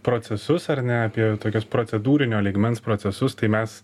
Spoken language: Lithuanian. procesus ar ne apie tokius procedūrinio lygmens procesus tai mes